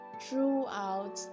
throughout